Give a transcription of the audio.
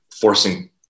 forcing